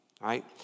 right